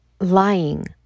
lying